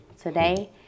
today